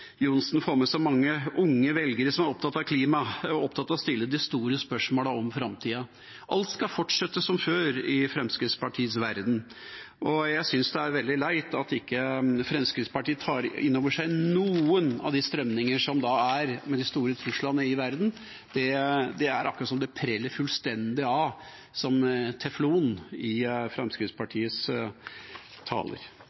opptatt av klima, opptatt av å stille de store spørsmålene om framtida. Alt skal fortsette som før i Fremskrittspartiets verden. Jeg synes det er veldig leit at ikke Fremskrittspartiet tar inn over seg noen av de strømningene som er når det gjelder de store truslene i verden. Det er akkurat som om det preller fullstendig av, som fra teflon, i